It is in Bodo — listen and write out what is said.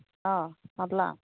माब्ला